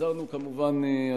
נעזרנו כמובן,